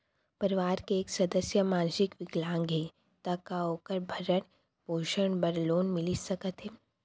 परवार के एक सदस्य हा मानसिक विकलांग हे त का वोकर भरण पोषण बर लोन मिलिस सकथे का?